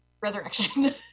Resurrection